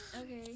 Okay